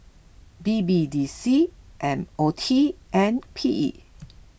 B B D C M O T and P E